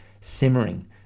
simmering